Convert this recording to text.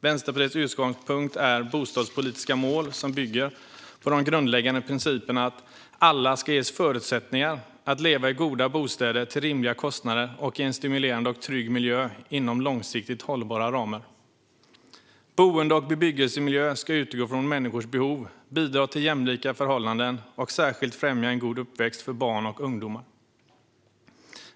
Vänsterpartiets utgångspunkt är bostadspolitiska mål som bygger på de grundläggande principerna om att alla ska ges förutsättningar att leva i goda bostäder till rimliga kostnader och i en stimulerande och trygg miljö inom långsiktigt hållbara ramar. Boende och bebyggelsemiljön ska utgå ifrån människors behov, bidra till jämlika förhållanden och särskilt främja en god uppväxt för barn och ungdomar.